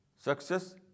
Success